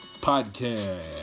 podcast